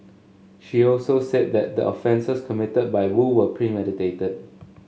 she also said that the offences committed by Woo were premeditated